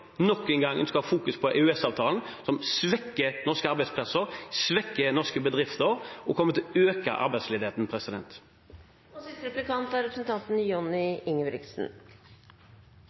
nok en gang ønsker fokus på EØS-avtalen, som svekker norske arbeidsplasser, svekker norske bedrifter og kommer til å øke arbeidsledigheten.